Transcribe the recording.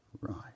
right